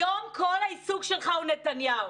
היום כל העיסוק שלך הוא נתניהו,